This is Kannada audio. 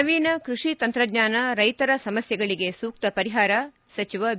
ನವೀನ ಕೃಷಿ ತಂತ್ರಜ್ಞಾನ ರೈತರ ಸಮಸ್ಥೆಗಳಿಗೆ ಸೂಕ್ತ ಪರಿಹಾರ ಸಚಿವ ಬಿ